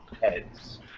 heads